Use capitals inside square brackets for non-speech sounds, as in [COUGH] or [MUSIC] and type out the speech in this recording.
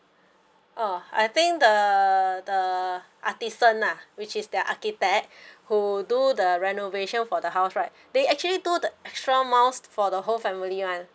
uh I think the the the artisan lah which is their architect [BREATH] who do the renovation for the house right they actually do the extra miles for the whole family one